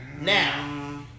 Now